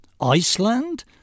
Iceland